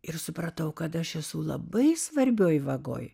ir supratau kad aš esu labai svarbioje vagoje